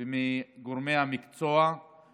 מהוועדה ומגורמי המקצוע, היא